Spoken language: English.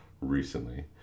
recently